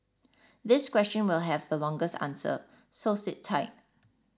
this question will have the longest answer so sit tight